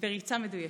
בריצה מדויקת.